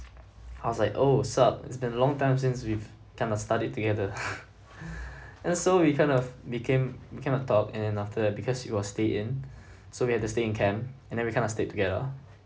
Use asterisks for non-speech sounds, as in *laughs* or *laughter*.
I was like oh sup it's been long time since we've kind of studied together *laughs* and so we kind of became we kind of talked and then after that because it was stay in so we have to stay in camp and we kind of stayed together